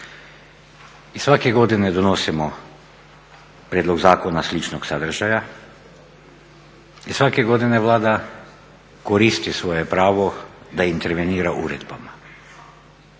I svake godine donosimo prijedlog zakona sličnog sadržaja i svake godine Vlada koristi svoje pravo da intervenira uredbama.